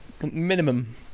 minimum